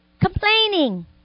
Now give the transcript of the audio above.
Complaining